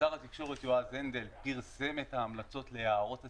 שר התקשורת יועז הנדל פרסם את ההמלצות להערות הציבור,